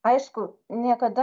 aišku niekada